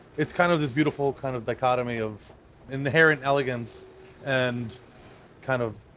it's kind of this beautiful kind of dichotomy of inherent elegance and kind of